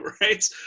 right